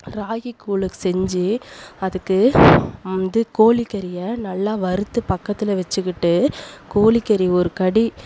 ராகி கூழ் செஞ்சு அதுக்கு வந்து கோழி கறியை நல்லா வறுத்து பக்கத்தில் வச்சிக்கிட்டு கோழிக்கறி ஒரு கடி